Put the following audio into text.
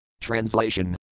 Translation